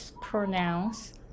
pronounce